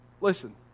listen